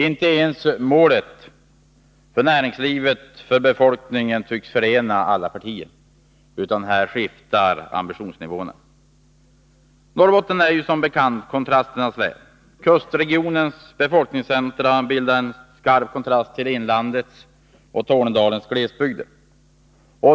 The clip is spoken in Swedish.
Inte heller målet för näringslivet och befolkningen tycks förena alla partier, utan ambitionsnivåerna skiftar. Norrbotten är som bekant kontrasternas län. Kustregionens befolkningscentra bildar en skarp kontrast till inlandets och Tornedalens glesbygder.